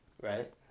right